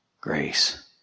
grace